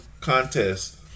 contest